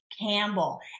Campbell